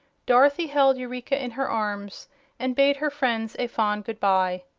dorothy held eureka in her arms and bade her friends a fond good-bye.